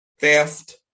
theft